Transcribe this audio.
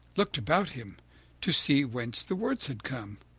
looked about him to see whence the words had come,